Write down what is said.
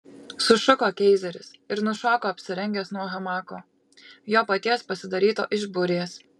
sušuko keizeris ir nušoko apsirengęs nuo hamako jo paties pasidaryto iš burės